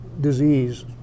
disease